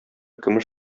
көмеш